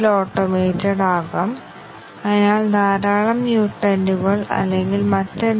ഒരു കോഡ് മനസ്സിലാക്കാൻ അയാൾക്ക് ധാരാളം സമയം ചിലവഴിക്കേണ്ടിവരുന്നതിന്റെ കാരണം എന്താണ്